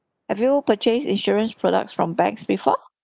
have you purchase insurance products from banks before